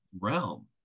realm